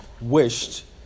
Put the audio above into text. wished